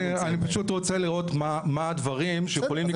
אני פשוט רוצה לראות מה הדברים שיכולים להיכנס בתוך זה.